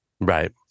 Right